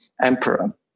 emperor